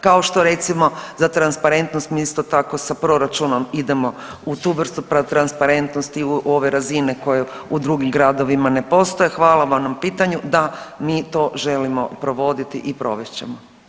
Kao što recimo, za transparentnost smo isto tako sa proračunom idemo u tu vrstu transparentnosti u ove razine u koje u drugim gradovima ne postoje, hvala vam na pitanju, da, mi to želimo provoditi i provest ćemo.